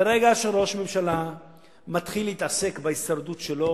ברגע שראש ממשלה מתחיל להתעסק בהישרדות שלו,